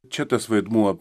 čia tas vaidmuo